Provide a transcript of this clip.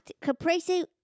caprese